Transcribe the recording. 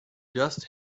just